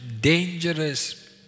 dangerous